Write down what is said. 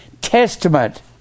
testament